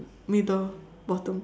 middle bottom